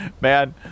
Man